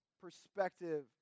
perspective